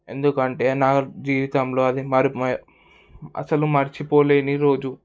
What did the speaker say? ఎందుకంటే నా జీవితంలో అది మరి అసలు మర్చిపోలేని రోజు